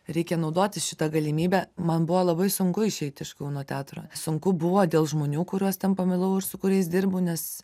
reikia naudotis šita galimybe man buvo labai sunku išeiti iš kauno teatro sunku buvo dėl žmonių kuriuos ten pamilau ir su kuriais dirbu nes